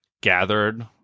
gathered